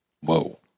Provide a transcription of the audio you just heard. Whoa